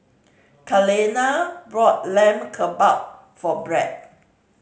Kaleena bought Lamb Kebab for Bret